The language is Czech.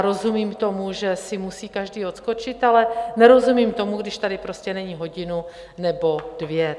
Rozumím tomu, že si musí každý odskočit, ale nerozumím tomu, když tady prostě není hodinu nebo dvě.